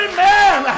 Amen